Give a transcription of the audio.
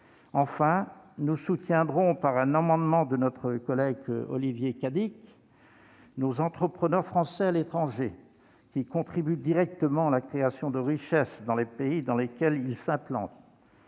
Enfin, nous soutiendrons, par un amendement de notre collègue Olivier Cadic, nos entrepreneurs français à l'étranger, qui contribuent directement à la création de richesse dans les pays dans lesquels ils s'implantent.